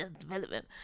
development